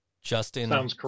Justin